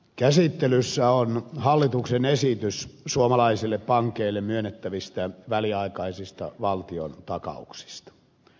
käsittelyssä on hallituksen esitys suomalaisille pankeille myönnettävistä väliaikaisista valtiontakauksista